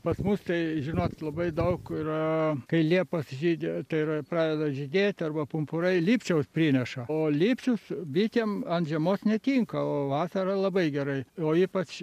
pas mus tai žinot labai daug yra kai liepos žydi tai yra pradeda žydėti arba pumpurai lipčiaus prineša o lipčius bitėm ant žiemos netinka o vasarą labai gerai o ypač